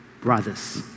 brothers